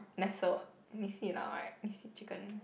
Nestle what Nissin lah right Nissin